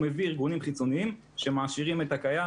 הוא מביא ארגונים חיצוניים שמעשירים את הקיים.